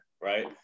right